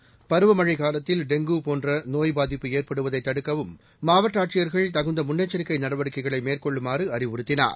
seconds பருவமழை காலத்தில் dengue போன்ற நோய் பாதிப்பு ஏற்படுவதை தடுக்கவும் மாவட்ட ஆட்சியர்கள் தகுந்த முன்னெச்சரிக்கை நடவடிக்கைகளை மேற்கொள்ளுமாறு அறிவுறுத்தினார்